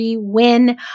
win